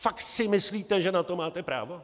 Fakt si myslíte, že na to máte právo?